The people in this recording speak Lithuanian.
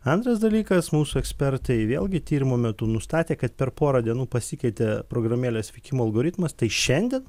antras dalykas mūsų ekspertai vėlgi tyrimo metu nustatė kad per porą dienų pasikeitė programėlės veikimo algoritmas tai šiandien